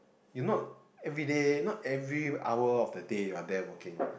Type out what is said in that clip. you not everyday not every hour of the day you are there working one